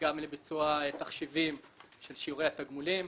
גם לביצוע תחשיבים של שיעורי התגמולים,